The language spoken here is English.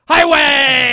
Highway